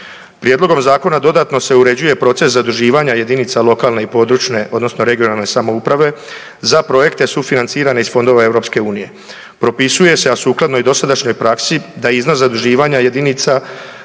Prijedlogom zakona dodatno se uređuje proces zaduživanja jedinica lokalne i područne odnosno regionalne samouprave za projekte sufinancirane iz fondova EU-a. Propisuje se a sukladno i dosadašnjoj praksi da iznos zaduživanja jedinica